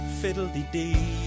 Fiddle-dee-dee